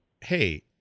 hey